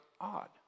odd